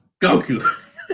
Goku